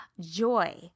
joy